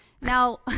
now